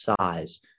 size